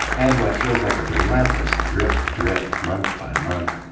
and what feels like a relentless drip, drip, month by month,